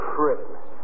Christmas